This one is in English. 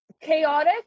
Chaotic